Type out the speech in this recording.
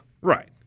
right